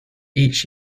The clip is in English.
each